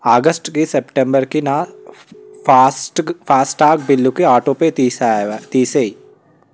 ఆగస్టుకి సెప్టెంబర్కి నా ఫాస్ట్గు ఫాస్టాగ్ బిల్లుకి ఆటోపే తీసేయి